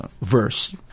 verse